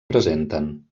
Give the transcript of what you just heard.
presenten